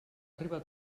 arribat